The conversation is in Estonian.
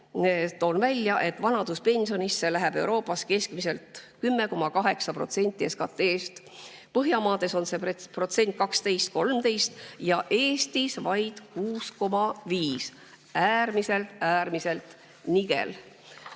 välja, et vanaduspensionitele läheb Euroopas keskmiselt 10,8% SKT‑st, Põhjamaades 12–13% ja Eestis vaid 6,5%. Äärmiselt, äärmiselt nigel.